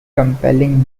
compelling